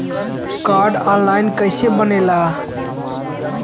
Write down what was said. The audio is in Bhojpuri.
कार्ड ऑन लाइन कइसे बनेला?